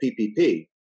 PPP